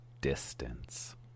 distance